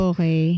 Okay